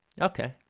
Okay